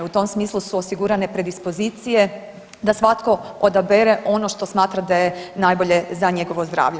U tom smislu su osigurane predispozicije da svatko odabere ono što smatra da je najbolje za njegovo zdravlje.